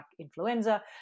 influenza